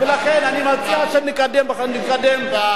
ולכן אני מציע שנקדם את החקיקה.